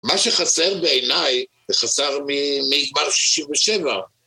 מה שחסר בעיניי, זה חסר מגמר 67.